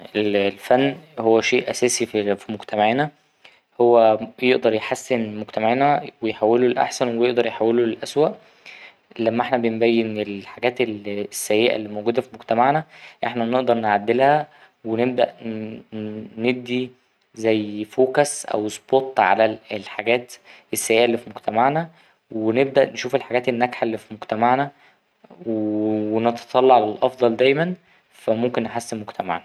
الـ ـ الفن هو شيء أساسي في مجتمعنا هو يقدر يحسن مجتمعنا ويحوله للأحسن ويقدر يحوله للأسوأ لما أحنا بنبين الحاجات السيئة اللي موجودة في مجتمعنا إحنا بنقدر نعدلها ونبدأ ندي زي فوكس أو سبوت على الحاجة السيئة اللي في مجتمعنا ونبدأ نشوف الحاجات الناجحة اللي في مجتمعنا ونتطلع للأفضل دايما فا ممكن نحسن مجتمعنا.